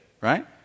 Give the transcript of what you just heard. right